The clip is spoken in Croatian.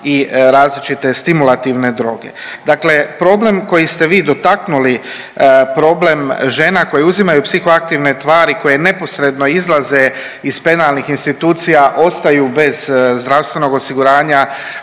i različite stimulativne droge. Dakle, problem koji ste vi dotaknuli, problem žena koje uzimaju psihoaktivne tvari koje neposredno izlaze iz penalnih institucija ostaju bez zdravstvenog osiguranja,